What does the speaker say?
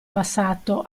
passato